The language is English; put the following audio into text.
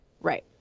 Right